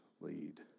lead